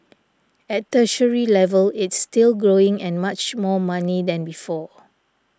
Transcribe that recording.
at tertiary level it's still growing and much more money than before